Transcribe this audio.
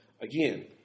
Again